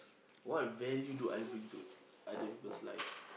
what value do I bring to other peoples' life